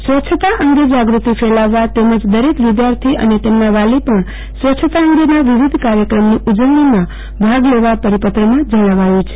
સ્વચ્છતા અંગે જાગૃતિ ફેલાવવા તેમજ દરેક વિધાર્થી તેમજ તેમના વાલી પણ સ્વચ્છતા અંગેના વિવિધ કાર્યક્રમોની ઉજવણીમાં ભાગ લેવા પરિપત્રમાં જણાવ્યુ છે